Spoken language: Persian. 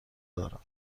دارم